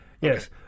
Yes